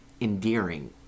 endearing